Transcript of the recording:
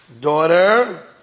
daughter